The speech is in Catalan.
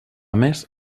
més